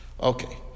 Okay